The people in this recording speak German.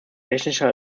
technischer